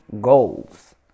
goals